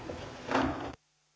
arvoisa